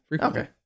Okay